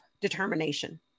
determination